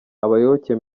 abayoboke